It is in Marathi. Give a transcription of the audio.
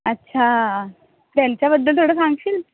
अच्छा त्यांच्याबद्दल थोडं सांगशील